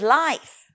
life